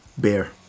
Beer